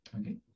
okay